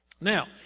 Now